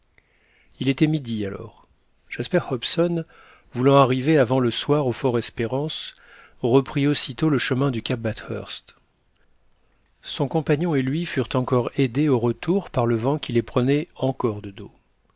il était midi alors jasper hobson voulant arriver avant le soir au fort espérance reprit aussitôt le chemin du cap bathurst son compagnon et lui furent encore aidés au retour par le vent qui les prenait encore de dos